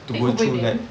take the burden